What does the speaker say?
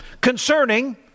Concerning